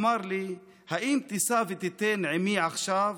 / אמר לי: האם תישא ותיתן עימי עכשיו?